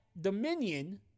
Dominion